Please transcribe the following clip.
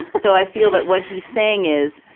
so i feel that what he's saying is,